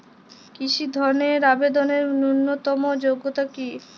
কৃষি ধনের আবেদনের ন্যূনতম যোগ্যতা কী?